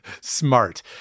Smart